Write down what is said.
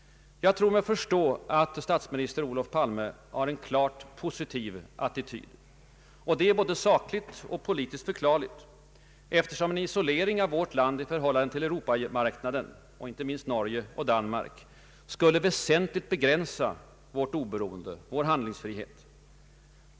Jag tror mig förstå att statsminister Olof Palme har en klart positiv attityd. Det är både sakligt och politiskt förklarligt, eftersom en isolering av vårt land i förhållande till Europamarknaden, och inte minst Norge och Danmark, skulle väsentligt begränsa vårt oberoende och vår handlingsfrihet.